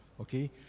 okay